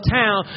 town